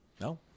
No